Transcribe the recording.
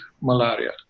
malaria